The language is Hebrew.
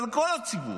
אבל של כל הציבור,